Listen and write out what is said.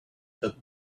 that